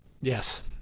Yes